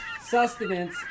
sustenance